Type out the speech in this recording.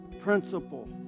principle